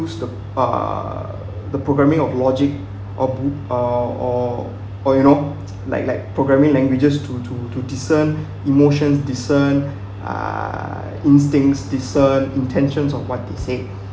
use the uh the programming of logic or boo~ or or or you know like like programming languages to to to discern emotions discern uh instincts discern intentions of what they say